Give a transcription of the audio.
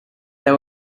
they